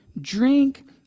drink